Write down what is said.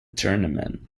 tournament